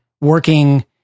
working